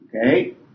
Okay